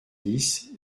dix